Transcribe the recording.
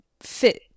fit